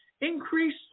Increase